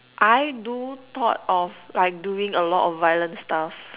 I do thought of like doing a lot of violent stuff